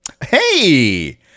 Hey